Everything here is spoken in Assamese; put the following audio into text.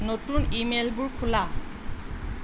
নতুন ইমেইলবোৰ খোলা